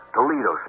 Toledo